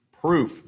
proof